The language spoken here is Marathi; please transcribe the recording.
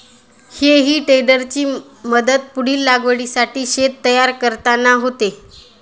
हेई टेडरची मदत पुढील लागवडीसाठी शेत तयार करताना होते